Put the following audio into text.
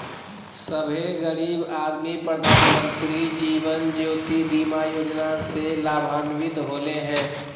सभे गरीब आदमी प्रधानमंत्री जीवन ज्योति बीमा योजना से लाभान्वित होले हें